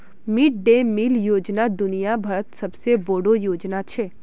mid day meal योजना दुनिया भरत सबसे बोडो योजना छे